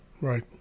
Right